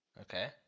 Okay